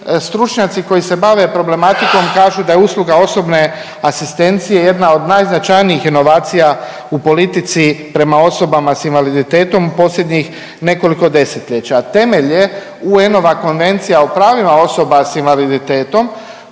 stručnjaci koji se bave problematikom kažu da je usluga osobne asistencije jedna od najznačajnijih inovacija u politici prema osobama s invaliditetom u posljednjih nekoliko desetljeća, a temelj je UN-ova Konvencija o pravima osoba s invaliditetom,